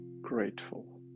grateful